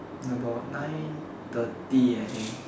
in about nine thirty I think